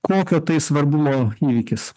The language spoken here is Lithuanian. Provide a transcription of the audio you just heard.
kokio tai svarbumo įvykis